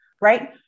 right